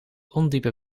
ondiepe